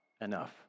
enough